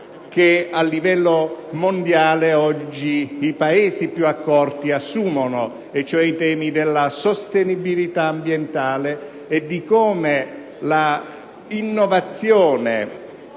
che a livello mondiale oggi i Paesi più accorti assumono, e cioè i temi della sostenibilità ambientale e di come l'innovazione